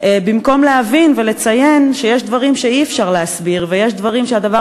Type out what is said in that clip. במקום להבין ולציין שיש דברים שאי-אפשר להסביר ויש דברים שהדבר